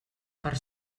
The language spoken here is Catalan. per